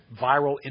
viral